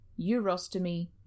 urostomy